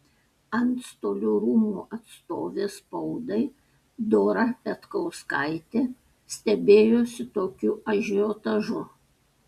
antstolių rūmų atstovė spaudai dora petkauskaitė stebėjosi tokiu ažiotažu